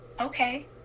Okay